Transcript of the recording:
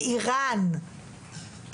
באיראן,